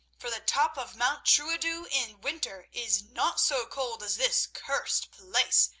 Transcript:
for the top of mount trooidos in winter is not so cold as this cursed place,